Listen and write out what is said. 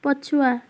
ପଛୁଆ